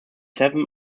seven